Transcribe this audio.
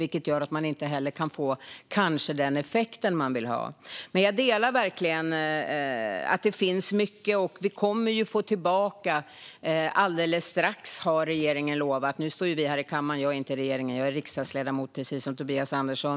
Då kanske man inte kan få den effekt man vill ha. Men jag delar verkligen uppfattningen att det finns mycket att göra. Nu står vi här i kammaren. Jag är inte regeringen. Jag är riksdagsledamot, precis som Tobias Andersson.